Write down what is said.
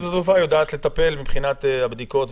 שדות התעופה יודעת לטפל מבחינת הבדיקות,